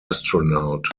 astronaut